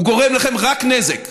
הוא גורם לכם רק נזק.